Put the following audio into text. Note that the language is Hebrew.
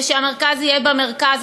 ושהמרכז יהיה במרכז,